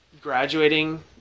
graduating